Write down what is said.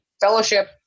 fellowship